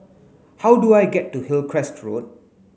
how do I get to Hillcrest Road